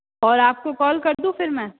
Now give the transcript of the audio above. और आपको कॉल कर दूँ फिर मैं